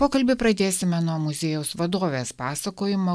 pokalbį pradėsime nuo muziejaus vadovės pasakojimo